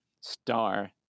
star